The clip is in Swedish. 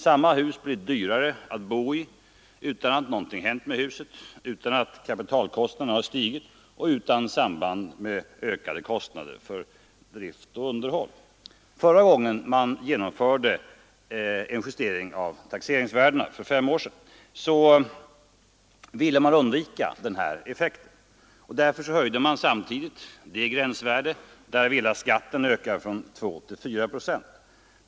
Samma hus blir dyrare att bo i utan att någonting hänt med huset, utan att kapitalkostnaderna har stigit och utan samband med att kostnaderna för drift och underhåll ökat. Förra gången en justering av taxeringsvärdena genomfördes — för fem år sedan — ville man undvika denna effekt. Därför höjde man samtidigt det gränsvärde där villaskatten ökar från 2 till 4 procent.